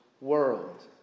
world